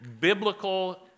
biblical